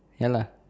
ya lah